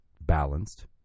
balanced